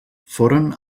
foren